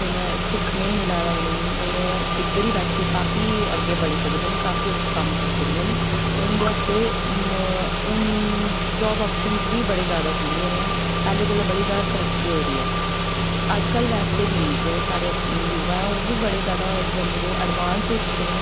लेकिन सिखने ई मिला दा उ'नें ई हून ओह् इद्धर ई बैठियै काफी अग्गें बड़ी सकदे न काफी अग्गें कम्म करी सकदे न ते उंदे आस्तै हून जॉब ऑप्शन्स बी जादै खु'ल्ली गेदे ऐं पैह्लें कोला बड़ी जादा तरक्की होई दी ऐ ते अज्ज कल वैसे बी जेह्ड़े साढ़े अपने युवा ऐं ओह् बी बड़े जादा जम्मू दे एडवांस होई चुके दे न